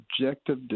objective